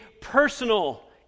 personal